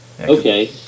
okay